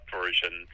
version